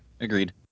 Agreed